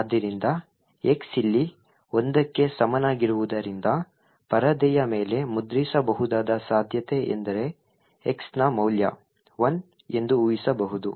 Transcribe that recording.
ಆದ್ದರಿಂದ x ಇಲ್ಲಿ ಒಂದಕ್ಕೆ ಸಮನಾಗಿರುವುದರಿಂದ ಪರದೆಯ ಮೇಲೆ ಮುದ್ರಿಸಬಹುದಾದ ಸಾಧ್ಯತೆ ಎಂದರೆ x ನ ಮೌಲ್ಯ 1 ಎಂದು ಊಹಿಸಬಹುದು